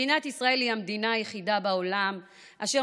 מדינת ישראל היא המדינה היחידה בעולם אשר